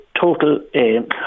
total